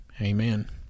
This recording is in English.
amen